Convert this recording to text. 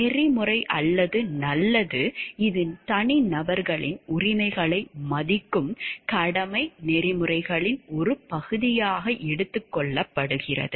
நெறிமுறை அல்லது நல்லது இது தனிநபர்களின் உரிமைகளை மதிக்கும் கடமை நெறிமுறைகளின் ஒரு பகுதியாக எடுத்துக் கொள்ளப்படுகிறது